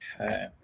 Okay